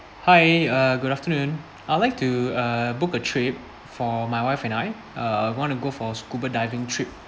hi uh good afternoon I'd like to uh book a trip for my wife and I uh we want to go for scuba diving trip